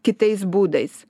kitais būdais